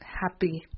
happy